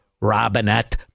Robinette